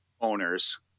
owners